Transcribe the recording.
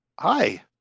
Hi